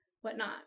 whatnot